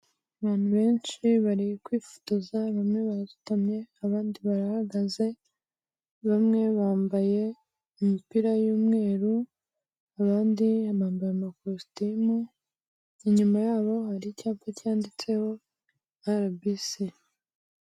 Abantu benshi bari kwifotoza, bamwe barasutamye, abandi barahagaze, bamwe bambaye imipira y'umweru, abandi bambaye amakositimu, inyuma yabo hari icyapa cyanditseho RBC.